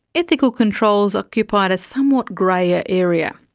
ethical controls occupied a somewhat greyer area.